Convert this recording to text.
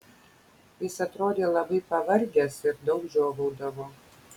jis atrodė labai pavargęs ir daug žiovaudavo